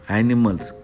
animals